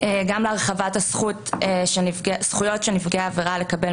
גם בהרחבת הזכויות של נפגעי עבירה לקבל